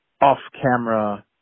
off-camera